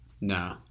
no